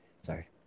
Sorry